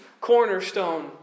cornerstone